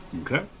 Okay